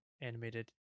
animated